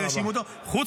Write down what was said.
והאשימו אותו -- מי?